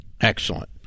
Excellent